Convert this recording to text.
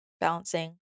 Balancing